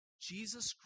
Jesus